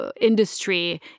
industry